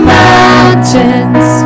mountains